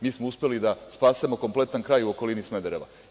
Mi smo uspeli da spasemo kompletan kraj u okolini Smedereva.